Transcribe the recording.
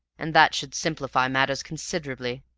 and that should simplify matters considerably.